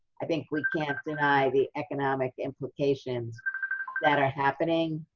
i think we can't deny the economic implications that are happening,